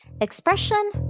Expression